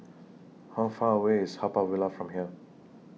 How Far away IS Haw Par Villa from here